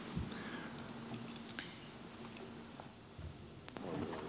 jaaha